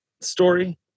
story